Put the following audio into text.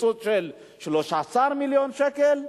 קיצוץ של 13 מיליון שקל,